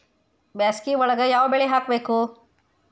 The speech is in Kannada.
ಬ್ಯಾಸಗಿ ಒಳಗ ಯಾವ ಬೆಳಿ ಹಾಕಬೇಕು?